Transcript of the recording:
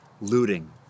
looting